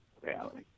reality